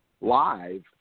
live